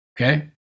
Okay